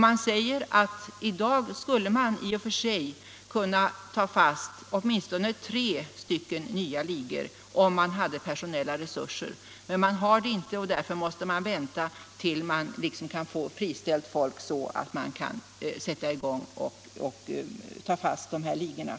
Man säger själv på rikskriminalen att man i och för sig skulle kunna ta fast åtminstone tre nya ligor, om man hade personella resurser. Men det har man inte, och därför måste man vänta till dess att man kan friställa personal, så att man kan gå in för att gripa de här ligorna.